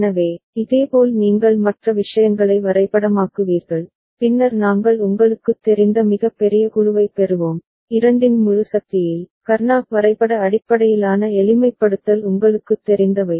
எனவே இதேபோல் நீங்கள் மற்ற விஷயங்களை வரைபடமாக்குவீர்கள் பின்னர் நாங்கள் உங்களுக்குத் தெரிந்த மிகப் பெரிய குழுவைப் பெறுவோம் இரண்டின் முழு சக்தியில் கர்நாக் வரைபட அடிப்படையிலான எளிமைப்படுத்தல் உங்களுக்குத் தெரிந்தவை